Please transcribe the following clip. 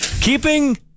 keeping